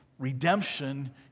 redemption